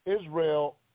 Israel